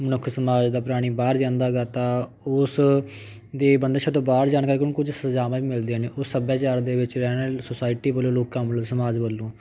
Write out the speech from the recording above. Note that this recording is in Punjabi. ਮਨੁੱਖ ਸਮਾਜ ਦਾ ਪ੍ਰਾਣੀ ਬਾਹਰ ਜਾਂਦਾ ਗਾ ਤਾਂ ਉਸ ਦੇ ਬੰਦਿਸ਼ਾਂ ਤੋਂ ਬਾਹਰ ਜਾਣ ਕਰਕੇ ਉਹਨੂੰ ਕੁਛ ਸਜਾਵਾਂ ਵੀ ਮਿਲਦੀਆਂ ਨੇ ਉਹ ਸੱਭਿਆਚਾਰ ਦੇ ਵਿੱਚ ਰਹਿਣ ਵਾਲੀ ਸੋਸਾਇਟੀ ਵੱਲੋਂ ਲੋਕਾਂ ਵੱਲੋਂ ਸਮਾਜ ਵੱਲੋਂ